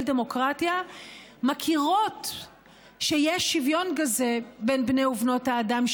דמוקרטיה מכירות שיש שווין כזה בין בני ובנות האדם,